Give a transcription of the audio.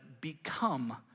become